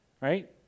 right